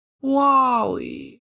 Wally